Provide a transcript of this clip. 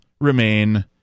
remain